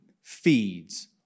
feeds